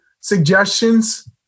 suggestions